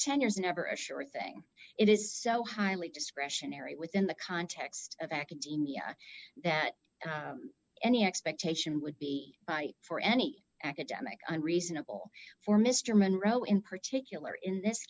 ten years never a sure thing it is so highly discretionary within the context of academia that any expectation would be right for any academic i'm reasonable for mr monroe in particular in this